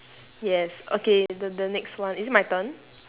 yes okay the the next one is it my turn